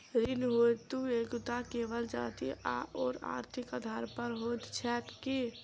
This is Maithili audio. ऋण हेतु योग्यता केवल जाति आओर आर्थिक आधार पर होइत छैक की?